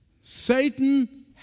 Satan